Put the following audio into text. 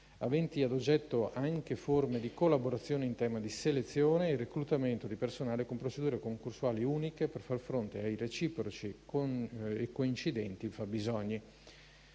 aventi ad oggetto anche forme di collaborazione in tema di selezione e reclutamento di personale con procedure concorsuali uniche per far fronte ai reciproci e coincidenti fabbisogni.